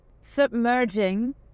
submerging